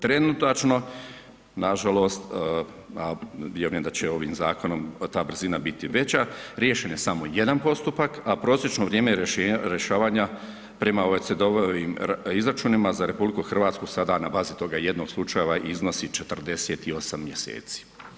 Trenutačno nažalost, a vjerujem da će ovim zakonom ta brzina biti i veća, riješen je samo jedan postupak, a prosječno vrijeme rješavanja prema … [[Govornik se ne razumije]] izračunima za RH sada na bazi toga jednog slučaja iznosi 48 mjeseci.